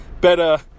better